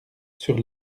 sur